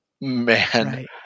man